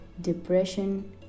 depression